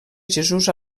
jesús